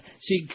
See